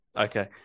okay